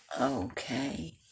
Okay